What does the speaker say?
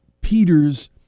Peter's